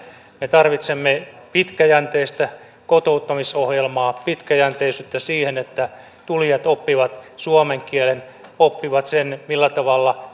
me tarvitsemme pitkäjänteistä kotouttamisohjelmaa pitkäjänteisyyttä siihen että tulijat oppivat suomen kielen oppivat sen millä tavalla